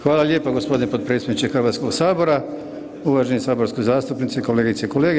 Hvala lijepo gospodine potpredsjedniče Hrvatskoga sabora, uvaženi saborski zastupnici kolegice i kolege.